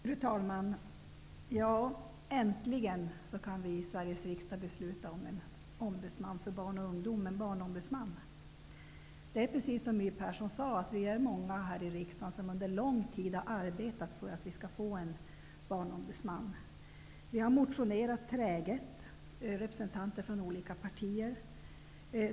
Fru talman! Äntligen kan vi i Sveriges riksdag besluta om en ombudsman för barn och ungdom -- en Barnombudsman. Vi är, precis som My Persson sade, många här i riksdagen som under lång tid har arbetat för att vi skall få en Barnombudsman. Representanter från olika partier har motionerat träget.